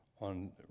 on